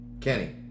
Kenny